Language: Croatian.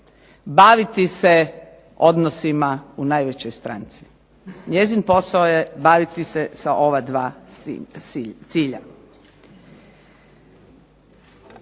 baviti se odnosima u najvećoj stranci, njezin posao je baviti se sa ova dva cilja.